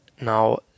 now